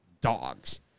dogs